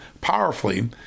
powerfully